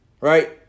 Right